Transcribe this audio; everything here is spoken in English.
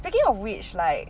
speaking of which like